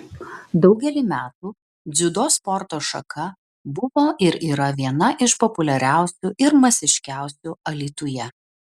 daugelį metų dziudo sporto šaka buvo ir yra viena iš populiariausių ir masiškiausių alytuje